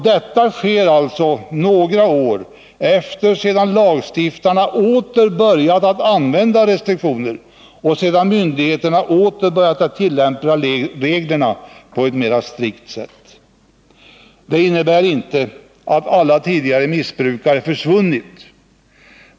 Detta sker några år efter det att lagstiftarna åter börjat använda restriktioner och myndigheterna åter börjat tillämpa reglerna på ett mera strikt sätt. Detta innebär inte att alla tidigare missbrukare försvunnit.